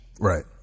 Right